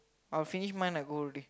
I'll finish mine I'll go already